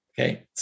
Okay